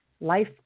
life